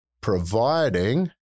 providing